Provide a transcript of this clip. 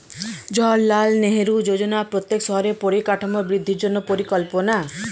জাওহারলাল নেহেরু যোজনা প্রত্যেক শহরের পরিকাঠামোর বৃদ্ধির জন্য পরিকল্পনা